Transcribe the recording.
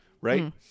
Right